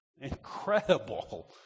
incredible